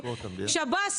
שב"ס,